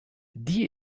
die